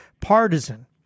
partisan